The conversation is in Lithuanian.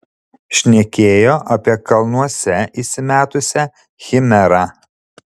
šnekėjo apie kalnuose įsimetusią chimerą